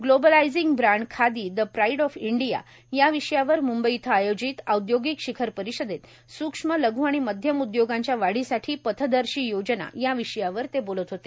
व्लोबलायझिंग brand khadi the pride of India या विषयावर मुंबई इथं आयोजित औद्योगिक शिखर परिषदेत सूक्ष्म लघू आणि मध्यम उद्योगांच्या वाढीसाठी पथदर्शी योजना या विषयावर ते बोलत होते